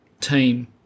team